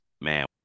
man